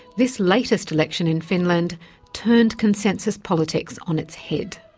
this latest election in finland turned consensus politics on its head.